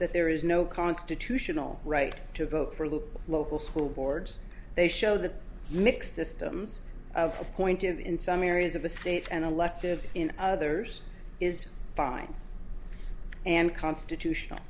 that there is no constitutional right to vote for the local school boards they show the mixed systems of a point in some areas of the state and elective in others is fine and constitutional